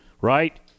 right